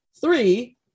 three